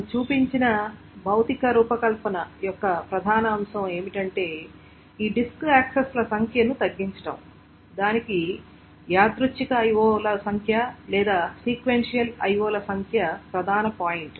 మేము చూపించిన భౌతిక రూపకల్పన యొక్క ప్రధాన అంశం ఏమిటంటే ఈ డిస్క్ యాక్సెస్ల సంఖ్యను తగ్గించడం దానికి యాదృచ్ఛిక IO ల సంఖ్య లేదా సీక్వెన్షియల్ IO ల సంఖ్య ప్రధాన పాయింట్